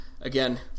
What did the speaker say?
again